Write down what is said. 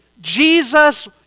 Jesus